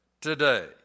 today